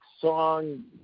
song